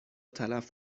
تلف